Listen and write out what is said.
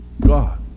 God